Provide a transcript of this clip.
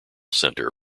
centre